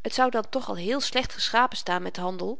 t zou dan toch al heel slecht geschapen staan met handel